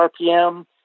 rpm